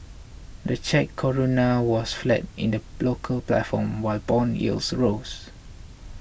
the Czech Koruna was flat in the local platform while bond yields rose